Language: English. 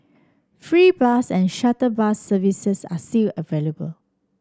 free bus and shuttle bus services are still available